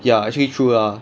ya actually true lah